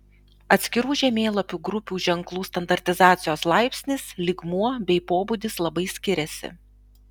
atskirų žemėlapių grupių ženklų standartizacijos laipsnis lygmuo bei pobūdis labai skiriasi